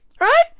Right